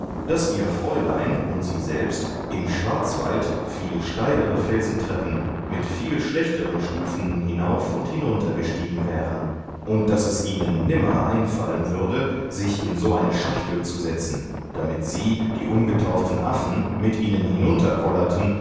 daß ihr fräulein und sie selbst im schwarzwald viel steilere felsentreppen mit viel schlechteren stufen hinauf und hinunter gestiegen wären und daß es ihnen nimmer einfallen würde sich in so eine schachtel zu setzen damit sie die ungetauften affen mit ihnen